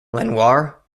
lenoir